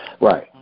Right